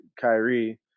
Kyrie